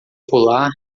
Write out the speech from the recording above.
pular